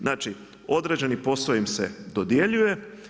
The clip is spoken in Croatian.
Znači određeni posao im se dodjeljuje.